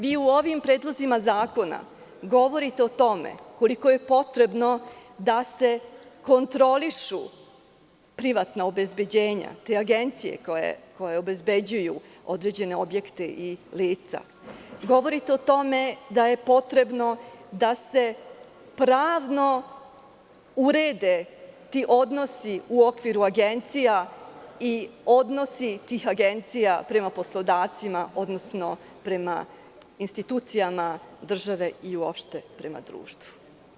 Vi u ovim predlozima zakona govorite o tome koliko je potrebno da se kontrolišu privatna obezbeđenja, te agencije koje obezbeđuju određene objekte i lica, govorite o tome da je potrebno da se pravno urede ti odnosi u okviru agencija i odnosi tih agencija prema poslodavcima, odnosno prema institucijama države i uopšte prema društvu.